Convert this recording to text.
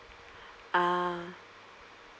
ah